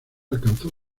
alcanzó